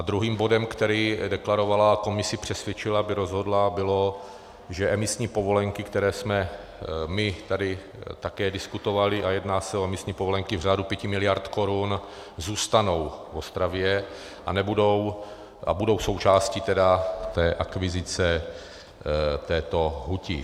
Druhým bodem, který deklarovala a Komisi přesvědčila, aby rozhodla, bylo, že emisní povolenky, které jsme my tady také diskutovali, a jedná se o emisní povolenky v řádu 5 miliard korun, zůstanou v Ostravě a budou součástí tedy té akvizice této huti.